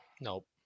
Nope